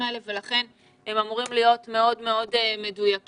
האלה ולכן הם אמורים להיות מאוד-מאוד מדויקים.